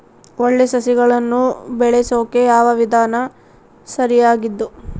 ಒಳ್ಳೆ ಸಸಿಗಳನ್ನು ಬೆಳೆಸೊಕೆ ಯಾವ ವಿಧಾನ ಸರಿಯಾಗಿದ್ದು?